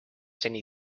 seni